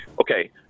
okay